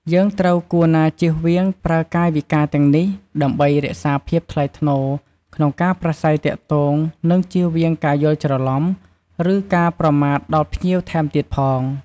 យើងត្រូវគួរណាជៀសវាងប្រើកាយវិការទាំងនេះ ដើម្បីរក្សាភាពថ្លៃថ្នូរក្នុងការប្រាស្រ័យទាក់ទង និងជៀសវាងការយល់ច្រឡំ ឬការប្រមាថដល់ភ្ញៀវថែមទៀតផង។